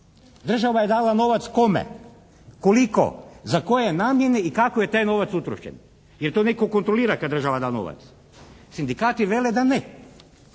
Država je dala novac kome? Koliko? Za koje namjene i kako je taj novac utrošen? Je li to netko kontrolira kad država da novac? Sindikati vele da ne.